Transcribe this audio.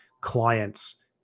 clients